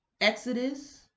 Exodus